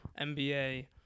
NBA